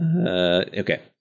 Okay